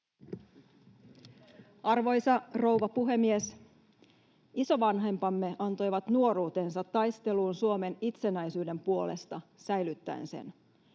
Arvoisa rouva puhemies! Isovanhempamme antoivat nuoruutensa taisteluun Suomen itsenäisyyden puolesta säilyttäen sen.